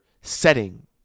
setting